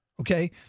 okay